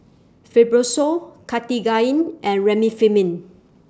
Fibrosol Cartigain and Remifemin